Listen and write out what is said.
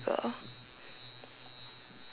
people